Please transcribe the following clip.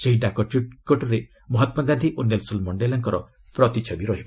ସେହି ଡାକଟିକଟରେ ମହାତ୍ମାଗାନ୍ଧୀ ଓ ନେଲ୍ସନ ମଣ୍ଡେଲାଙ୍କ ପ୍ରତିଛବି ରହିବ